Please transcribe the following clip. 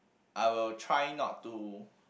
I will try not to